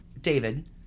David